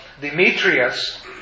Demetrius